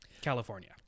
California